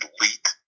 elite